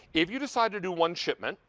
if you decide to do one shipment,